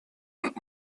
und